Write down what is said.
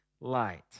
light